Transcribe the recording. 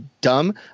dumb